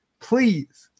please